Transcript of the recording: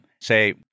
say